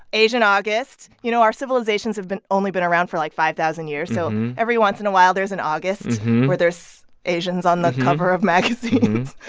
asian august. you know, our civilizations have only been around for, like, five thousand years. so every once in a while, there's an august where there's asians on the cover of magazines.